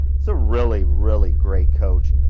it's a really, really great coach.